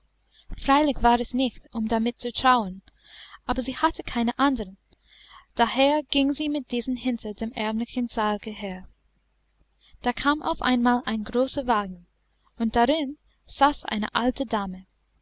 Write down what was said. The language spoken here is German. freilich war es nicht um damit zu trauern aber sie hatte keine andern daher ging sie mit diesen hinter dem ärmlichen sarge her da kam auf einmal ein großer wagen und darin saß eine alte dame